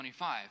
25